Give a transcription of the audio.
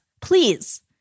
Please